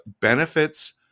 benefits